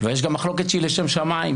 ויש גם מחלוקת שהיא לשם שמיים,